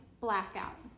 blackout